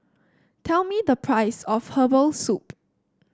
tell me the price of Herbal Soup